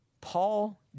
Paul